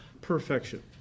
perfection